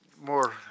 more